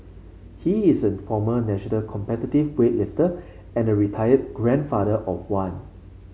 he is a former national competitive weightlifter and a retired grandfather of one